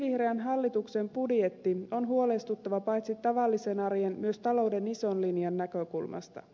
sinivihreän hallituksen budjetti on huolestuttava paitsi tavallisen arjen myös talouden ison linjan näkökulmasta